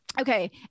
okay